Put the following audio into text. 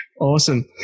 Awesome